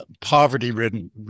poverty-ridden